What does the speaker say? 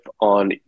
on